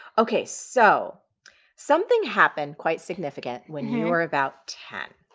okay, so something happened quite significant when you were about ten.